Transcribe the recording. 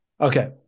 okay